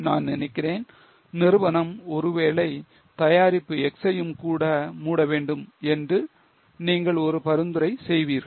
நான் நினைக்கிறேன் நிறுவனம் ஒருவேளை தயாரிப்பு X யும் கூட மூட வேண்டும் என்று நீங்கள் ஒரு பரிந்துரை செய்வீர்கள்